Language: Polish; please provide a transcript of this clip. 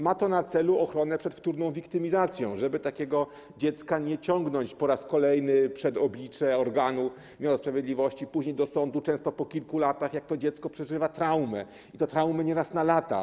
Ma to na celu ochronę przed wtórną wiktymizacją, żeby takiego dziecka nie ciągnąć po raz kolejny przed oblicze wymiaru sprawiedliwości, później do sądu, często po kilku latach, jak to dziecko przeżywa traumę, i to traumę nieraz na lata.